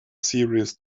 serious